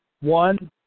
One